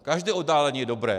Každé oddálení je dobré!